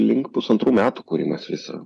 link pusantrų metų kūrimas viso